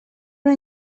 una